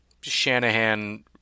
Shanahan